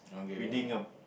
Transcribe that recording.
reading a